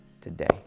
today